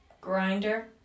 Grinder